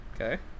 Okay